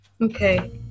okay